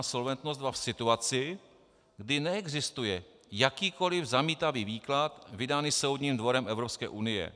Solventnost II v situaci, kdy neexistuje jakýkoli zamítavý výklad vydaný Soudním dvorem Evropské unie.